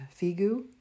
Figu